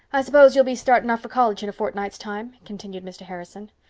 i s'pose you'll be starting off for college in a fortnight's time? continued mr. harrison.